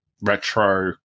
retro